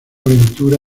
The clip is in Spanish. aventura